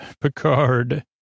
Picard